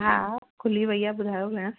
हा खुली वई आहे ॿुधायो भेण